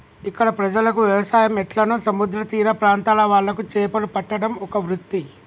ఇక్కడ ప్రజలకు వ్యవసాయం ఎట్లనో సముద్ర తీర ప్రాంత్రాల వాళ్లకు చేపలు పట్టడం ఒక వృత్తి